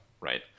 right